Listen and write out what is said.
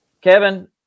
kevin